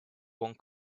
one